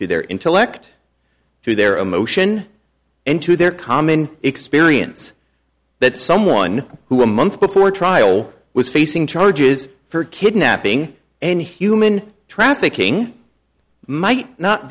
to their intellect through their emotion into their common experience that someone who a month before trial was facing charges for kidnapping and human trafficking might not